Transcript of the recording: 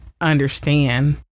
understand